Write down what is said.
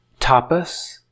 tapas